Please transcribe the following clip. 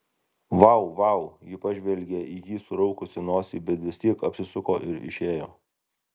vau vau ji pažvelgė į jį suraukusi nosį bet vis tiek apsisuko ir išėjo